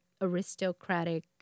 aristocratic